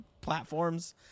platforms